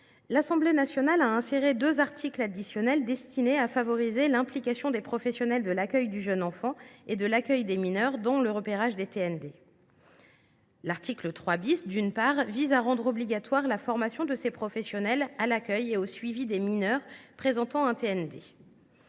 l’Assemblée nationale a inséré deux articles additionnels destinés à favoriser l’implication des professionnels de l’accueil du jeune enfant et des mineurs dans le repérage des TND. L’article 3, d’une part, vise à rendre obligatoire la formation de ces professionnels à l’accueil et au suivi des mineurs présentant un TND.